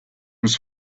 was